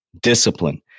Discipline